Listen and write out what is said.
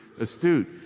astute